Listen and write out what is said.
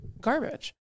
garbage